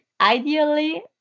ideally